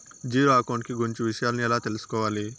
Zero account కు గురించి విషయాలను ఎలా తెలుసుకోవాలి?